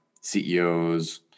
CEOs